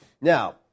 Now